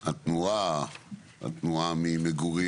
אזורי התנועה ממגורים